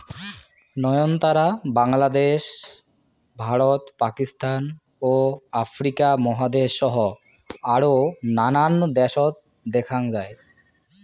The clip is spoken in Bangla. নয়নতারা বাংলাদ্যাশ, ভারত, পাকিস্তান ও আফ্রিকা মহাদ্যাশ সহ আরও নানান দ্যাশত দ্যাখ্যাং যাই